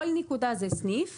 כל נקודה היא סניף